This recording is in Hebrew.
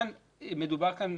מדובר כאן